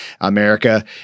America